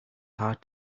hard